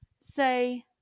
say